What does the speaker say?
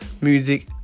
music